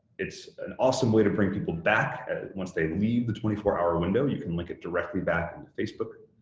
it's an awesome way to bring people back once they leave the twenty four hour window, you can link it directly back and facebook,